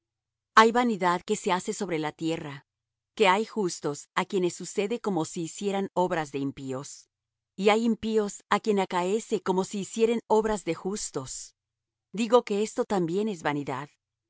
hay vanidad que se hace sobre la tierra que hay justos á quienes sucede como si hicieran obras de impíos y hay impíos á quienes acaece como si hicieran obras de justos digo que esto también es vanidad